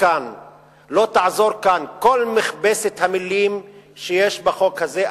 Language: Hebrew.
לא תעזור כאן כל מכבסת המלים שיש בחוק הזה.